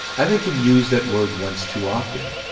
i think you've used that word once too often.